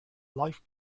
life